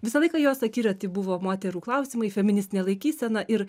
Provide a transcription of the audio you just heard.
visą laiką jos akiraty buvo moterų klausimai feministinė laikysena ir